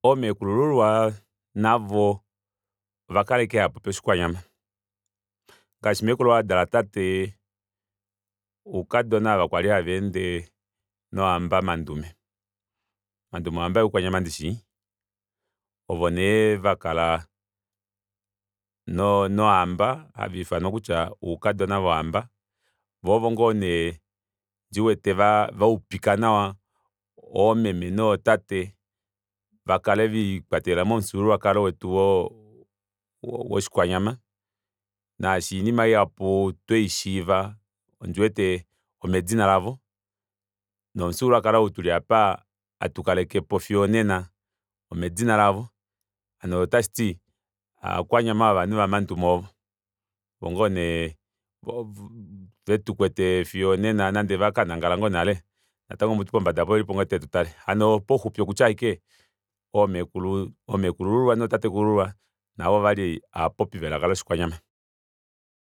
Oomekulululwa navo ovakala ashike haapopi oshikwanyama ngaashi meekulu ou adala tate oukadona aava kwali hava ende nohamba mandume, mandume ohamba yaukwanyama ndishi ovo nee vakala no nohamba haviifanwa kutya oukadona vohamba voo ovo ngonee ndiwete vaa vaupika nawa oomeme nootate vakale viikwatelela momufyuululwakalo wetu wo- woshikwanyama naashi inima ihapu tweishiiva ondiwete omedina lavo nomufyululwakalo ou tuli aapa hatu kalekepo fiyo onena omedina lavo hano otashiti ovakwanyama vovanhu vamandume oovo ovo ngoo nee vetukwete fiyo onena nande vakanangala ngoo nale natango mutu pombada aapo ovelipo ngoo tetutale. Hano pauxupi oomeekulu omekulululwa notaatekulululwa navo ovali ovapopi velaka loshikwanyama